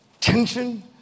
tension